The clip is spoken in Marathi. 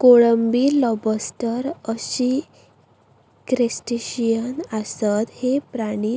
कोळंबी, लॉबस्टर अशी क्रस्टेशियन आसत, हे प्राणी